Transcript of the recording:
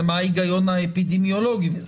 מה ההיגיון האפידמיולוגי בזה?